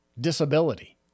disability